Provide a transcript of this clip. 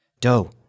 Doe